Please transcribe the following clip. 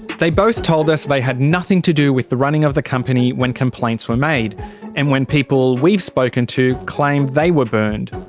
they both told us they had nothing to do with the running of the company when complaints were made and when people we've spoken to claimed they were burned.